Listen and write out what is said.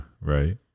right